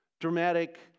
Dramatic